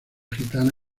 gitana